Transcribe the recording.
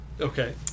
Okay